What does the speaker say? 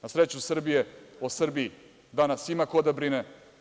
Na sreću Srbije o Srbiji danas ima ko da brine.